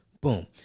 boom